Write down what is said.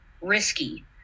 risky